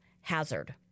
hazard